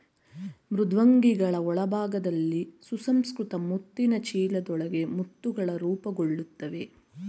ಮೃದ್ವಂಗಿಗಳ ಒಳಭಾಗದಲ್ಲಿ ಸುಸಂಸ್ಕೃತ ಮುತ್ತಿನ ಚೀಲದೊಳಗೆ ಮುತ್ತುಗಳು ರೂಪುಗೊಳ್ತವೆ